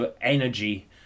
energy